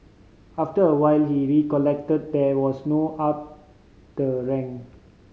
after a while he recollected there was no up the rank